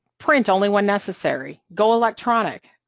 print only when necessary, go electronic,